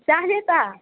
जाने त